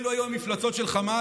אלו היו המפלצות של חמאס,